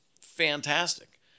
fantastic